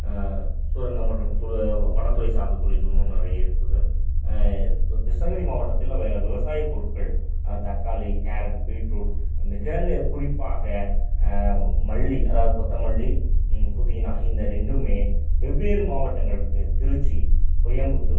சுரங்கம் மற்றும் து வனத்துறை சார்ந்த தொழில்களும் நிறைய இருக்குது இப்போ கிருஷ்ணகிரி மாவட்டத்தில் வ விவசாயப்பொருட்கள் தக்காளி கேரட் பீட்ரூட் மிக குறிப்பாக மல்லி அதாவது கொத்தமல்லி புதினா இந்த ரெண்டுமே வெவ்வேறு மாவட்டங்களுக்கு திருச்சி கோயம்புத்தூர்